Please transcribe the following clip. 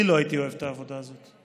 אני לא הייתי אוהב את העבודה הזאת.